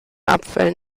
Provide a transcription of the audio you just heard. abfällen